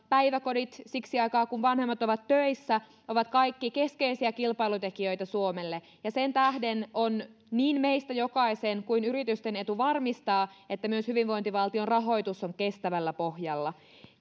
päiväkodit siksi aikaa kun vanhemmat ovat töissä ovat kaikki keskeisiä kilpailutekijöitä suomelle sen tähden on niin meistä jokaisen kuin yritysten etu varmistaa että myös hyvinvointivaltion rahoitus on kestävällä pohjalla